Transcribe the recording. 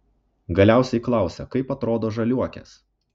galiausiai klausia kaip atrodo žaliuokės